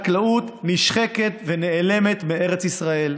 שהחקלאות נשחקת ונעלמת מארץ ישראל.